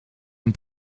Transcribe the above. een